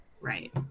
Right